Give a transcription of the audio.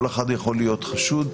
כל אחד יכול להיות חשוד,